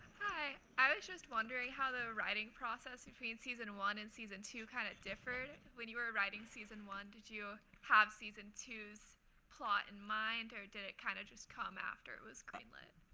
hi. i was just wondering how the writing process and between season one and season two kind of differed. when you were writing season one, did you have season two s plot in mind? or did it kind of just come after it was green lit?